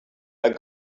are